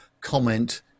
comment